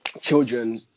children